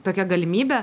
tokia galimybė